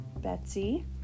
Betsy